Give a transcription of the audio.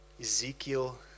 Ezekiel